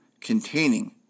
containing